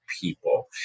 people